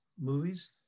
movies